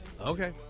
Okay